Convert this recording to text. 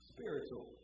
Spiritual